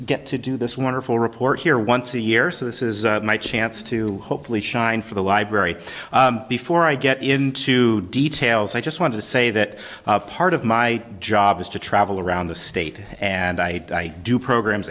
get to do this wonderful report here once a year so this is my chance to hopefully shine for the library before i get into details i just want to say that part of my job is to travel around the state and i do programs